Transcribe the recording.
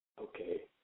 Okay